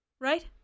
right